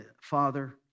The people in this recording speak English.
Father